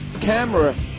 camera